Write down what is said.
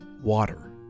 water